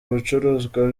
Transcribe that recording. ibicuruzwa